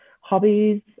hobbies